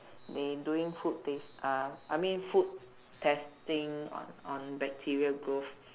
they doing food taste uh I mean food testing on on bacteria growth